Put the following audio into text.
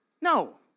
No